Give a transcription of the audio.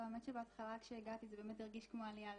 בהתחלה כשהגעתי זה באמת הרגיש כמו עלייה לשנה,